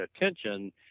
attention